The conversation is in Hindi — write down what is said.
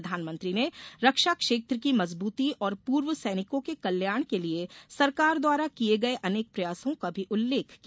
प्रधानमंत्री ने रक्षा क्षेत्र की मजबूती और पूर्व सैनिकों के कल्याण के लिए सरकार द्वारा किए गए अनेक प्रयासों का भी उल्लेख किया